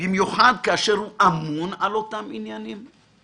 במיוחד כאשר הוא אמון על אותם עניינים?